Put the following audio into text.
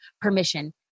permission